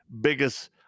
biggest